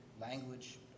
language